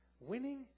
Winning